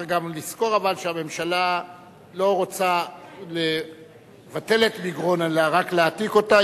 אבל צריך גם לזכור שהממשלה לא רוצה לבטל את מגרון אלא רק להעתיק אותה.